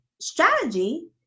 strategy